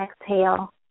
exhale